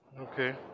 Okay